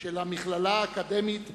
של המכללה האקדמית באריאל,